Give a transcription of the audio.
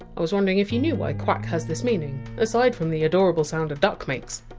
i was wondering if you knew why quack has this meaning aside from the adorable sound a duck makes?